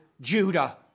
Judah